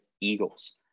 Eagles